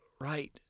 right